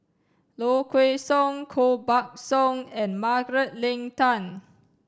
Low Kway Song Koh Buck Song and Margaret Leng Tan